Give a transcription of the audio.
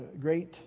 great